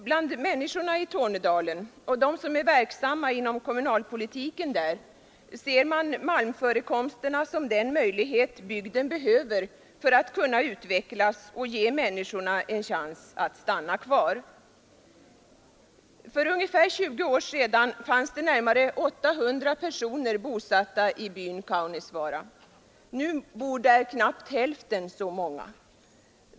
Bland människorna i Tornedalen och bland dem som är verksamma inom kommunalpolitiken där ser man malmförekomsterna som den möjlighet bygden behöver för att kunna utvecklas och ge befolkningen en chans att stanna kvar. För ungefär 20 år sedan fanns det närmare 800 personer bosatta i byn Kaunisvaara. Nu bor där knappt hälften så många.